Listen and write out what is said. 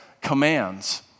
commands